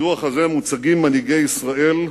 בדוח הזה מוצגים מנהיגי ישראל,